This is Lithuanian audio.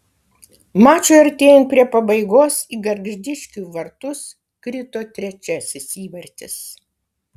mačui artėjant prie pabaigos į gargždiškių vartus krito trečiasis įvartis